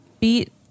Beat